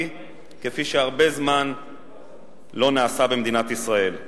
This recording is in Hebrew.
כפי שהרבה זמן לא נעשה במדינת ישראל.